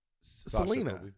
Selena